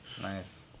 Nice